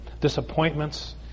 disappointments